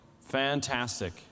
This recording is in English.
Fantastic